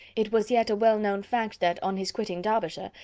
it was yet a well-known fact that, on his quitting derbyshire,